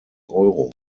euro